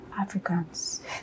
Africans